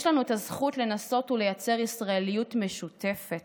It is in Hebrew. יש לנו את הזכות לנסות ולייצר ישראליות משותפת,